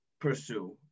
pursue